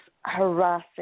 harassing